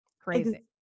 Crazy